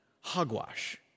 hogwash